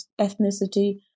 ethnicity